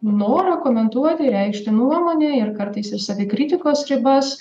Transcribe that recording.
norą komentuoti reikšti nuomonę ir kartais ir savikritikos ribas